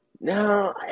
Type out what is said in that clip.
No